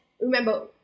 remember